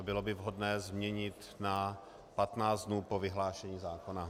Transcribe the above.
Bylo by vhodné změnit na 15 dnů po vyhlášení zákona.